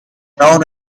town